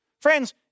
Friends